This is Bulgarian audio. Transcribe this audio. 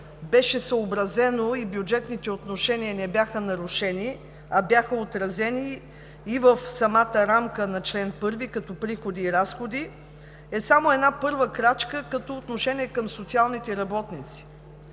беше съобразено и бюджетните отношения не бяха нарушени, а бяха отразени и в самата рамка на чл. 1 като приходи и разходи, което е само една първа крачка като отношение към социалните работници.